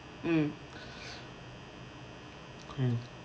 mm mm